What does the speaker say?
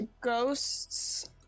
Ghosts